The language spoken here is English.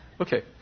Okay